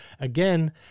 again